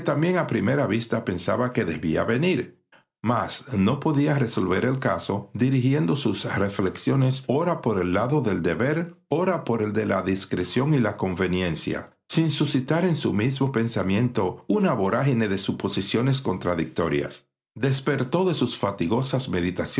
primera vista pensaba que debía venir mas no podía resolver el caso dirigiendo sus reflexiones ora por el lado del deber ora por el de la discreción y la conveniencia sin suscitar en su mismo pensamiento una vorágine de suposiciones contradictorias despertó de sus fatigosas